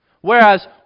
whereas